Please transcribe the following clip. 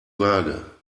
waage